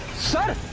sir,